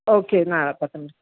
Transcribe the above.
okay നാളെ പത്ത് മണിക്ക്